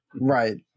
right